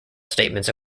statements